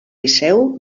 liceu